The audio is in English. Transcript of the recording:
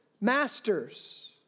masters